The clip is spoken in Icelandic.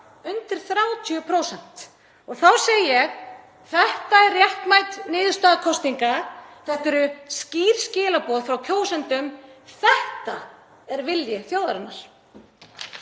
undir 30%. Þá segi ég: Þetta er réttmæt niðurstaða kosninga. Þetta eru skýr skilaboð frá kjósendum. Þetta er vilji þjóðarinnar.